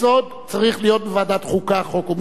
חוק-יסוד צריך להיות בוועדת חוקה, חוק ומשפט,